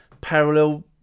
parallel